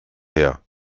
her